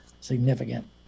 significant